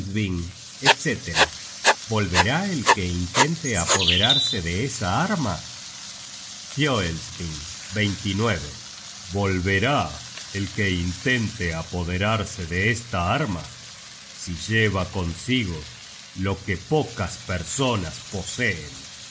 etc volverá el que intente apoderarse de esa arma fioelsving volverá el que intente apoderarse de esta arma si lleva consigo lo que pocas perso ñas poseen